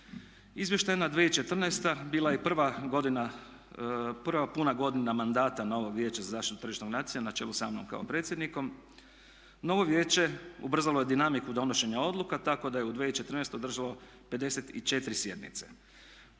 Izvještajna 2014. bila je prva puna godina mandata novog Vijeća za zaštitu tržišnog natjecanja na čelu sa mnom kao predsjednikom. Novo vijeće ubrzalo je dinamiku donošenja odluka, tako da je u 2014. održalo 54 sjednice.